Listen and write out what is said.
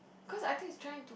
because I think is trying to